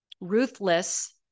ruthless